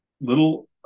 little